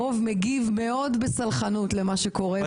הרוב מגיב מאוד בסלחנות למה שקורה.